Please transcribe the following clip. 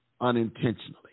unintentionally